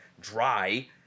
dry